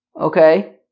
okay